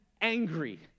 angry